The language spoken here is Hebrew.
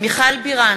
מיכל בירן,